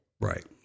right